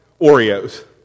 Oreos